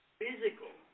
physical